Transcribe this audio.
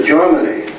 Germany